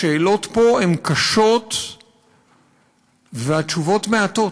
השאלות פה הן קשות והתשובות מעטות,